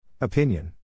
Opinion